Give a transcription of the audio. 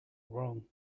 wrong